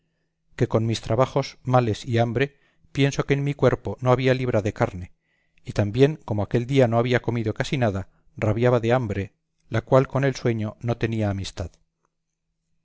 que con mis trabajos males y hambre pienso que en mi cuerpo no había libra de carne y también como aquel día no había comido casi nada rabiaba de hambre la cual con el sueño no tenía amistad